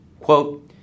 quote